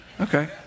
Okay